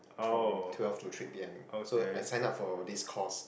from twelve to three P_M so I signed up for this course